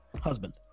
husband